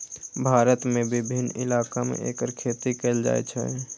भारत के विभिन्न इलाका मे एकर खेती कैल जाइ छै